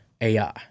AI